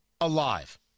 alive